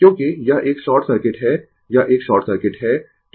क्योंकि यह एक शॉर्ट सर्किट है यह एक शॉर्ट सर्किट है